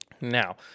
Now